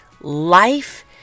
life